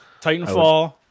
Titanfall